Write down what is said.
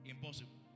Impossible